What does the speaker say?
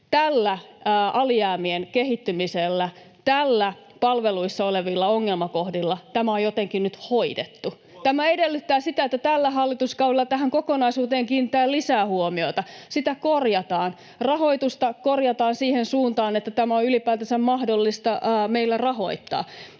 tällä alijäämien kehittymisellä, näillä palveluissa olevilla ongelmakohdilla — on jotenkin nyt hoidettu. Tämä edellyttää sitä, että tällä hallituskaudella tähän kokonaisuuteen kiinnitetään lisää huomiota. Sitä korjataan, rahoitusta korjataan siihen suuntaan, että tämä on ylipäätänsä mahdollista meillä rahoittaa.